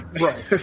Right